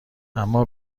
اما